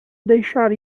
deixar